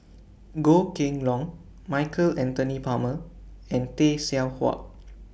Goh Kheng Long Michael Anthony Palmer and Tay Seow Huah